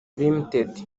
ltd